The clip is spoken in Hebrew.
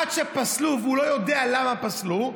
עד שפסלו והוא לא יודע למה פסלו,